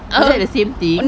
is it the same thing